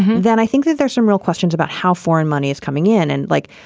then i think that there's some real questions about how foreign money is coming in and like,